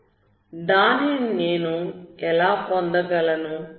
దానిని నేను ఎలా పొందగలను